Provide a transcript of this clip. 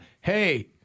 hey